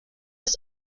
des